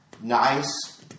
Nice